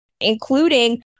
including